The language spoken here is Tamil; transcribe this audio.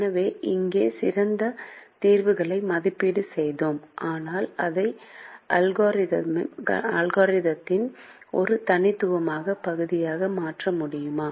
எனவே இங்கே சிறந்த தீர்வுகளை மதிப்பீடு செய்தோம் ஆனால் அதை அல்கோரிதமின் ஒரு தனித்துவமான பகுதியாக மாற்ற முடியுமா